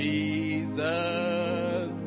Jesus